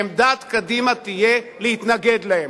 עמדת קדימה תהיה להתנגד להם.